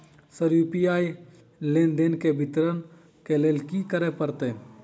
Sir UPI लेनदेन केँ विवरण केँ लेल की करऽ परतै?